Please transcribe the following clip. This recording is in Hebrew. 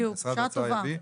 משרד האוצר יביא,